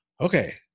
okay